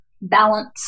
balance